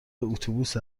اتوبوس